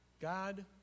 God